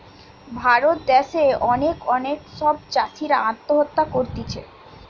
ভারত দ্যাশে অনেক অনেক সব চাষীরা আত্মহত্যা করতিছে